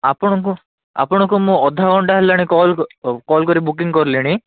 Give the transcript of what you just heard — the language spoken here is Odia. ଆପଣଙ୍କୁ ଆପଣଙ୍କୁ ମୁଁ ଅଧଘଣ୍ଟା ହେଲାଣି କଲ୍ କରି ବୁକିଙ୍ଗ କରିଲିଣି